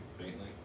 faintly